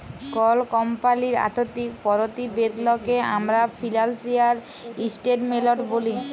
call কমপালির আথ্থিক পরতিবেদলকে আমরা ফিলালসিয়াল ইসটেটমেলট ব্যলি